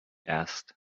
asked